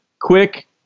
quick